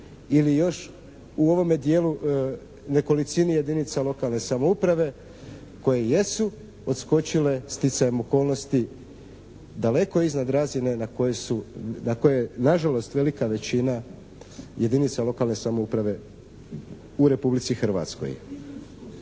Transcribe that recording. ili još u ovome dijelu nekolicini jedinica lokalne samouprave koji jesu odskočile sticajem okolnosti daleko iznad razine na kojoj je na žalost velika većina jedinica lokalne samouprave u Republici Hrvatskoj.